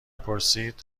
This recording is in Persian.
پرسید